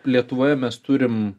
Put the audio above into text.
lietuvoje mes turim